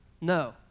No